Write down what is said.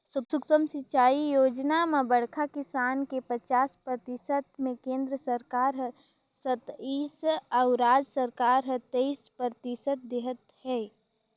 सुक्ष्म सिंचई योजना म बड़खा किसान के पचास परतिसत मे केन्द्र सरकार हर सत्तइस अउ राज सरकार हर तेइस परतिसत देहत है